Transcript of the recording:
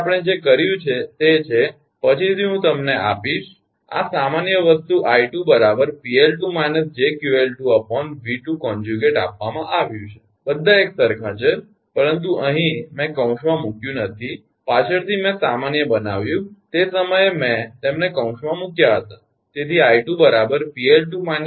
તેથી આપણે જે કર્યું છે તે છે પછીથી હું તમને આપીશ આ સામાન્ય વસ્તુ 𝑖2 𝑃𝐿2 − 𝑗𝑄𝐿2 𝑉2∗ આપવામાં આવેલ છે બધા એકસરખા છે પરંતુ અહીં મેં કૌંસમાં મૂક્યુ નથી પાછળથી મેં સામાન્ય બનાવ્યું તે સમયે મેં તેમને કૌંસમાં મૂક્યા હતા